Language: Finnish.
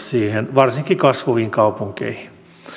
varsinkin kasvaviin kaupunkeihin